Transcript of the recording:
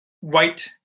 white